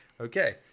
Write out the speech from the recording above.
Okay